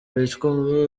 bicwa